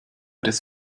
des